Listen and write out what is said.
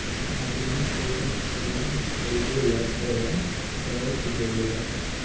आदमी कवनो सामान ख़रीदेला तऽ टैक्स देवेला